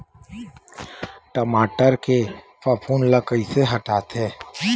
टमाटर के फफूंद ल कइसे हटाथे?